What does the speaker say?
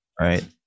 right